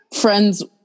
friends